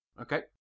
Okay